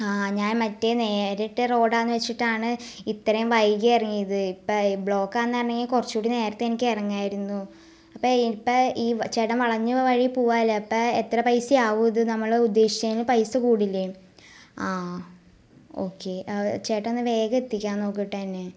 ആ ഞാൻ മറ്റേ നേരിട്ട് റോഡ് ആണെന്ന് വെച്ചിട്ടാണ് ഇത്രയും വൈകി ഇറങ്ങിയത് ഇപ്പം ബ്ലോക്ക് ആണെന്ന് അറിഞ്ഞെങ്കിൽ കുറച്ച് കൂടി നേരത്തേ എനിക്ക് ഇറങ്ങാമായിരുന്നു അപ്പം ഇപ്പം ചേട്ടൻ വളഞ്ഞ വഴി പോവുകയല്ലേ അപ്പം എത്ര പൈസ ആവും ഇത് നമ്മൾ ഉദ്ദേശിച്ചതിൽ നിന്നും പൈസ കൂടില്ലേ ആ ഓക്കേ ചേട്ടൻ ഒന്ന് വേഗം എത്തിക്കാൻ നോക്ക് കേട്ടോ എന്നെ